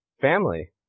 family